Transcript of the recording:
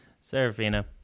Serafina